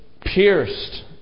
pierced